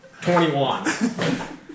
21